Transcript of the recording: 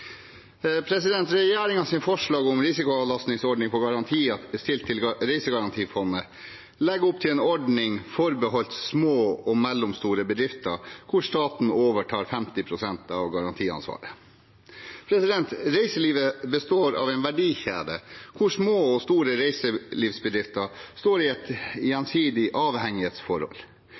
forslag om en risikoavlastningsordning for garantier stilt til Reisegarantifondet legger opp til en ordning forbeholdt små og mellomstore bedrifter, hvor staten overtar 50 pst. av garantiansvaret. Reiselivet består av en verdikjede hvor små og store reiselivsbedrifter står i et gjensidig avhengighetsforhold.